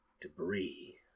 debris